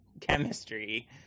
chemistry